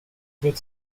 wird